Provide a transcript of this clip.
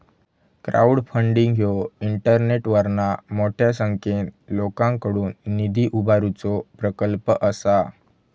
crowdfunding ह्यो इंटरनेटवरना मोठ्या संख्येन लोकांकडुन निधी उभारुचो प्रकल्प असा